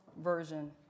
version